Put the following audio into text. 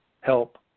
help